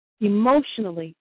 emotionally